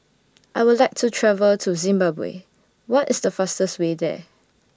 I Would like to travel to Zimbabwe What IS The fastest Way There